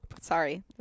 Sorry